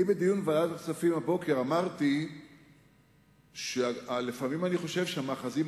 בדיון בוועדת הכספים הבוקר אמרתי שלפעמים אני חושב שהמאחזים